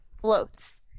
floats